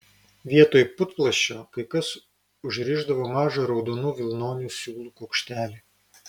vietoj putplasčio kai kas užrišdavo mažą raudonų vilnonių siūlų kuokštelį